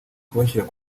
kubashyira